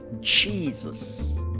Jesus